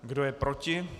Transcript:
Kdo je proti?